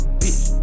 bitch